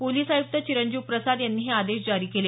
police आयुक्त चिरंजीव प्रसाद यांनी हे आदेश जारी केले